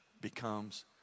becomes